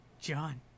John